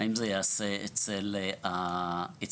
האם זה ייעשה אצל הבנק?